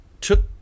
took